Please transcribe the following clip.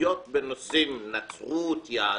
התמחויות בנושאים נצרות, יהדות,